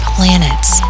Planets